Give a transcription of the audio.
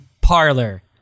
parlor